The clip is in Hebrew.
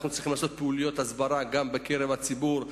אנחנו צריכים לעשות פעילויות הסברה גם בקרב הציבור,